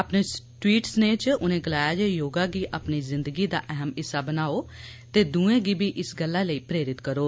अपने ट्वीट स्नेह च उ'नें गलाया जे योगा गी अपनी जिंदगी दा अहम हिस्सा बनाओ ते दुएं गी बी इस गल्ला लेई प्रेरित करो